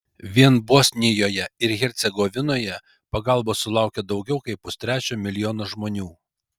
vien bosnijoje ir hercegovinoje pagalbos sulaukė daugiau kaip pustrečio milijono žmonių